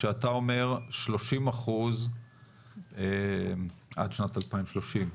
כשאתה אומר 30% עד שנת 2030,